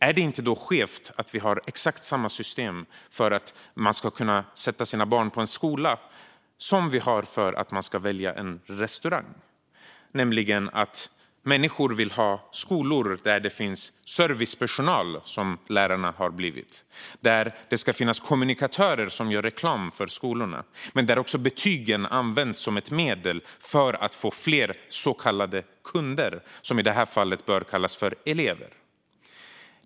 Är det inte skevt att vi har exakt samma system för att sätta våra barn i skolan som vi har för att välja restaurang och att människor vill ha skolor där det finns servicepersonal, som lärarna har blivit, där det finns kommunikatörer som gör reklam för skolorna och där betygen används som ett medel för att få fler så kallade kunder, som i det här fallet bör kallas för elever?